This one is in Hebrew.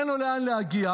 אין לו לאן להגיע.